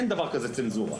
אין דבר כזה צנזורה,